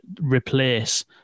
replace